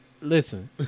Listen